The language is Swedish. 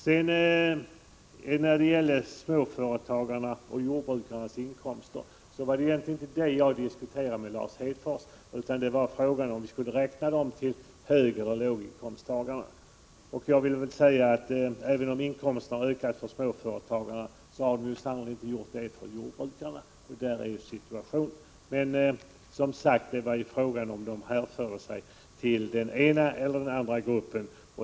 När jag diskuterade med Lars Hedfors om småföretagarnas och jordbrukarnas inkomster gällde frågan egentligen om vi skulle räkna dessa till högeller låginkomsttagare. Jag vill säga att även om inkomsterna har ökat för småföretagarna, har de sannerligen inte gjort det för jordbrukarna. Sådan är situationen. Men, som sagt, frågan var ju om de hänförde sig till den ena eller andra gruppen.